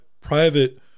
private